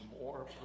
more